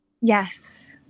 Yes